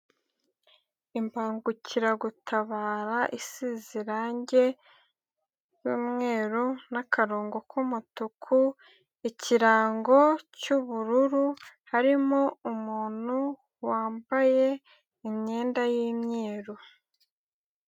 Imbangukiragutabara isize irangi ry'umweruru n'akarongo k'umutuku, ikirango cy'ubururu, harimo umuntu wambaye imyenda y'imyeru.